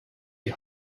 die